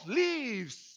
leaves